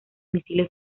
misiles